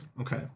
okay